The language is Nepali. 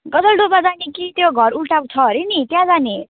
गजलडुब्बा जाने कि त्यो घर उल्टा छ अरे नि त्यहाँ जाने